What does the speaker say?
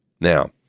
now